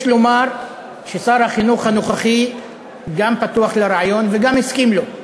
יש לומר ששר החינוך הנוכחי גם פתוח לרעיון וגם הסכים לו.